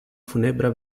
funebra